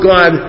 God